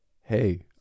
hey